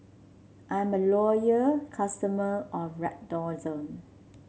I'm a loyal customer of Redoxon